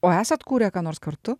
o esat kūrę ką nors kartu